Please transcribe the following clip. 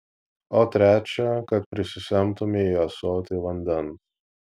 o trečią kad prisisemtumei į ąsotį vandens